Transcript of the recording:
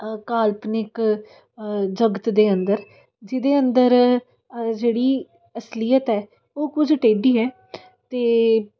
ਕਾਲਪਨਿਕ ਜਗਤ ਦੇ ਅੰਦਰ ਜਿਹਦੇ ਅੰਦਰ ਜਿਹੜੀ ਅਸਲੀਅਤ ਹੈ ਉਹ ਕੁਝ ਟੇਡੀ ਹੈ ਅਤੇ